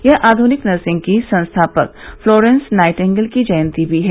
यह आधुनिक नर्सिंग की संस्थापक फ्लोरेंस नाइटिंगल की जयंती भी है